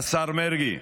השר מרגי,